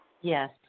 Yes